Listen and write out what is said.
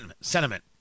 sentiment